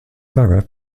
borough